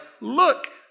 look